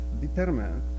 determined